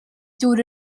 dŵr